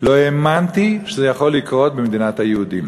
לא האמנתי שזה יכול לקרות במדינת היהודים.